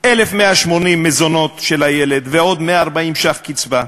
1,180 מזונות של הילד ועוד 140 שקלים קצבה.